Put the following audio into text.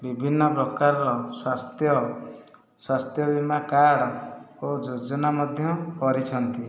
ବିଭିନ୍ନ ପ୍ରକାରର ସ୍ୱାସ୍ଥ୍ୟ ସ୍ୱାସ୍ଥ୍ୟ ବୀମା କାର୍ଡ଼ ଓ ଯୋଜନା ମଧ୍ୟ କରିଛନ୍ତି